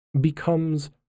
becomes